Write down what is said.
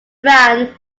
brown